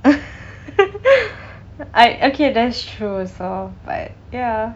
I okay that's true also but ya